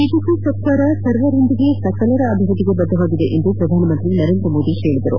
BJP ಸರ್ಕಾರ ಸರ್ವರೊಂದಿಗೆ ಸಕಲರ ಅಭಿವೃದ್ದಿಗೆ ಬದ್ದವಾಗಿದೆ ಎಂದು ಪ್ರಧಾನಮಂತ್ರಿ ನರೇಂದ್ರ ಮೋದಿ ಹೇಳಿದ್ದಾರೆ